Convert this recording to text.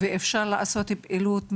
אז אפשר לעשות פעילות מוסדרת,